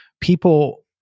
people